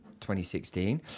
2016